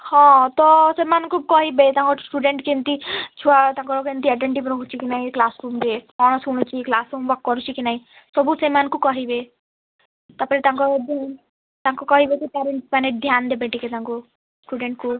ହଁ ତ ସେମାନଙ୍କୁ କହିବେ ତାଙ୍କର ଷ୍ଟୁଡ଼େଣ୍ଟ କେମତି ଛୁଆ ତାଙ୍କର କେମତି ଏଟେଣ୍ଟିଭ୍ ରହୁଛି କି ନାଇଁ କ୍ଲାସ୍ ରୁମ୍ରେ କ'ଣ ଶୁଣୁଛି କ୍ଲାସ୍ ହୋମ୍ୱାର୍କ କରୁଛି କି ନାଇଁ ସବୁ ସେମାନଙ୍କୁ କହିବେ ତା ପରେ ତାଙ୍କ ତାଙ୍କୁ କହିବେ ଯେ ପ୍ୟାରେଣ୍ଟସ୍ ମାନେ ଧ୍ୟାନ ଦେବେ ଟିକେ ତାଙ୍କୁ ଷ୍ଟୁଡ଼େଣ୍ଟକୁ